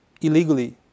illegally